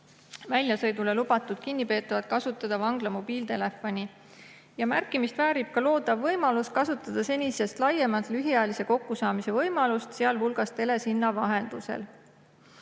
väljasõidule lubatud kinnipeetavad kasutada vangla mobiiltelefoni. Märkimist väärib ka loodav võimalus kasutada senisest laiemalt lühiajalise kokkusaamise võimalust, sealhulgas telesilla vahendusel.